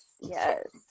yes